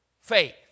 faith